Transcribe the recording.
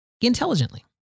intelligently